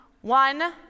One